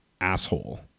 asshole